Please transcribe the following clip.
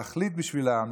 להחליט בשביל העם,